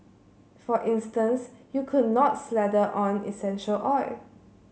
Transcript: for instance you could not slather on essential oil